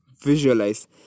visualize